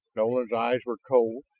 nolan's eyes were cold,